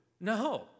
No